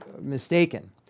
mistaken